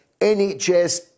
NHS